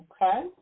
okay